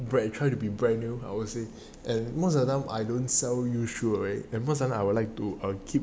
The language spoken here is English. brand I try to be brand new I will say and most of them I don't sell these shoes away at most of the time I would like to um